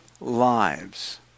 lives